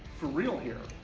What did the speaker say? for real here.